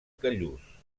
callús